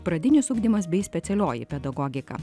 pradinis ugdymas bei specialioji pedagogika